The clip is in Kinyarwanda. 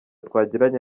twagiranye